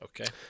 Okay